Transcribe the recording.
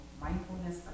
mindfulness